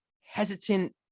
hesitant